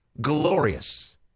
glorious